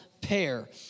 pair